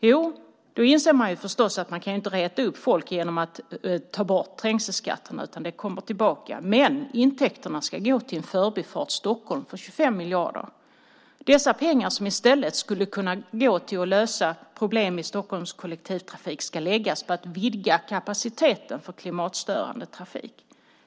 Jo, man inser förstås att man inte kan reta upp folk genom att ta bort trängselskatten. Den kommer tillbaka, men intäkterna ska gå till en Förbifart Stockholm för 25 miljarder. De pengar som skulle kunna användas till att lösa problem i Stockholms kollektivtrafik ska läggas på att vidga kapaciteten för klimatstörande trafik.